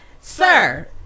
Sir